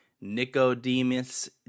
Nicodemus